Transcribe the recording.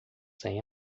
sem